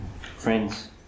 friends